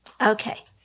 Okay